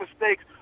mistakes